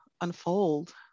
unfold